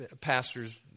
Pastors